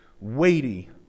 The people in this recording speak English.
weighty